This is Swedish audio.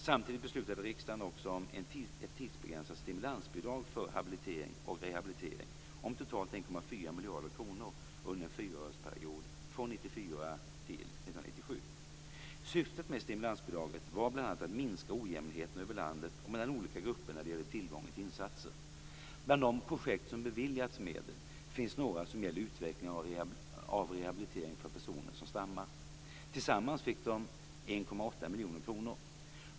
Samtidigt beslutade riksdagen också om ett tidsbegränsat stimulansbidrag för habilitering och rehabilitering om totalt 1,4 miljarder kronor under en fyraårsperiod, från 1994 t.o.m. 1997. Syftet med stimulansbidraget var bl.a. att minska ojämnheterna över landet och mellan olika grupper när det gäller tillgången till insatser. Bland de projekt som beviljats medel finns några som gäller utveckling av rehabilitering för personer som stammar. Tillsammans fick de 1,8 miljoner kronor.